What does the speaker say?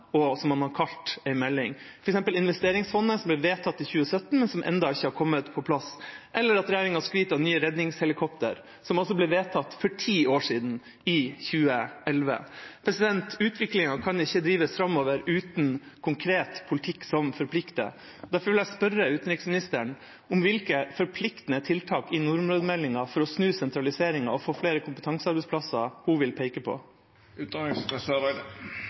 og som man har kalt en melding. Et eksempel er investeringsfondet, som ble vedtatt i 2017, og som ennå ikke har kommet på plass, eller at regjeringa har skrytt av nye redningshelikoptre, som altså ble vedtatt for ti år siden, i 2011. Utviklingen kan ikke drives framover uten konkret politikk som forplikter, derfor vil jeg spørre utenriksministeren om hvilke forpliktende tiltak i nordområdemeldingen for å snu sentraliseringen og få flere kompetansearbeidsplasser hun vil peke på.